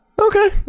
Okay